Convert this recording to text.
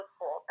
cool